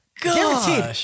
Guaranteed